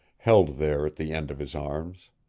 held there at the end of his arms.